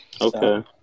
Okay